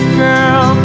girl